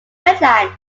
wetlands